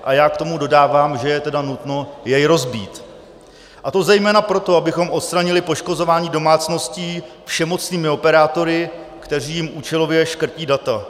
A já k tomu dodávám, že je tedy nutno jej rozbít, a to zejména proto, abychom odstranili poškozování domácností všemocnými operátory, kteří jim účelově škrtí data.